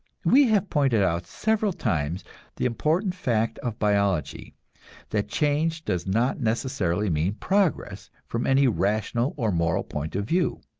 we have pointed out several times the important fact of biology that change does not necessarily mean progress from any rational or moral point of view.